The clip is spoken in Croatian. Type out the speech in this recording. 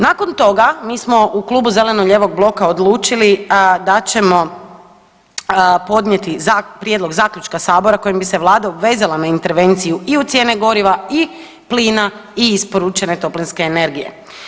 Nakon toga mi smo u Klubu zeleno-lijevog bloka da ćemo podnijeti prijedlog zaključka sabora kojim bi se Vlada obvezala na intervenciju i u cijene goriva i plina i isporučene toplinske energije.